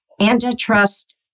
antitrust